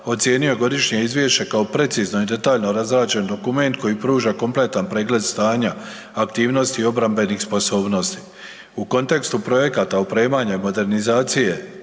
ocijenio je godišnje izvješće kao precizno i detaljno razrađen dokument koji pruža kompletan pregled stanja, aktivnosti i obrambenih sposobnosti. U kontekstu projekata opremanja i modernizacije